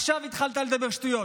עכשיו התחלת לדבר שטויות.